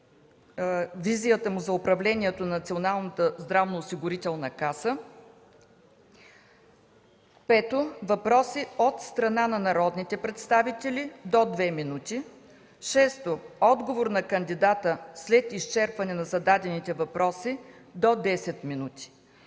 Въпроси от страна на народните представители – до 2 минути. 6. Отговор на кандидата след изчерпване на зададените въпроси – до 10 минути.